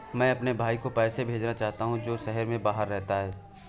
मैं अपने भाई को पैसे भेजना चाहता हूँ जो शहर से बाहर रहता है